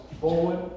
forward